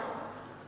כן.